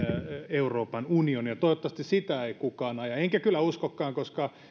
euroopan unionia toivottavasti sitä ei kukaan aja enkä uskokaan koska